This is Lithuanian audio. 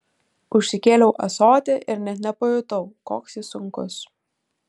užsikėliau ąsotį ir net nepajutau koks jis sunkus